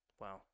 Wow